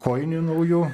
kojinių naujų